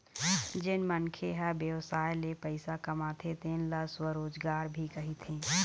जेन मनखे ह बेवसाय ले पइसा कमाथे तेन ल स्वरोजगार भी कहिथें